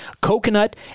Coconut